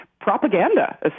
propaganda